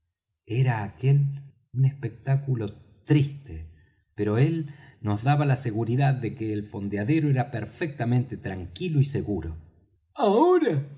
era aquél un espectáculo triste pero él nos daba la seguridad de que el fondeadero era perfectamente tranquilo y seguro ahora